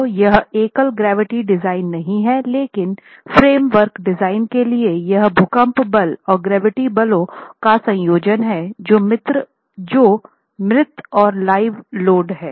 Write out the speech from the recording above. तो यह अकेले ग्रेविटी डिजाइन नहीं है लेकिन फ्रेमवर्क डिजाइन के लिए यह भूकंप बल और ग्रेविटी बलों का संयोजन है जो मृत और लाइव लोड है